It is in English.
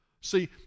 See